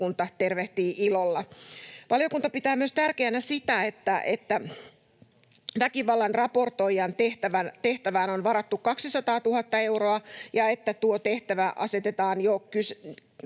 tervehtii ilolla. Valiokunta pitää myös tärkeänä sitä, että naisiin kohdistuvan väkivallan raportoijan tehtävään on varattu 200 000 euroa ja että tuo tehtävä asetetaan jo